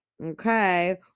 Okay